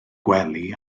gwely